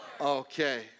Okay